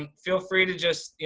um feel free to just, you